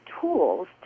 tools